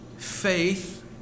Faith